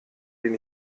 den